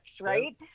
right